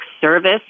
service